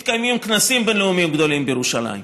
מתקיימים כנסים בין-לאומיים גדולים בירושלים,